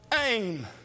aim